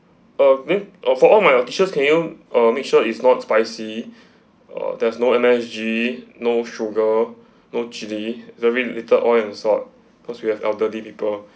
uh wait uh for all of my dishes can you err make sure is not spicy uh there's no M_S_G no sugar no chili very little oil and salt cause we have elderly people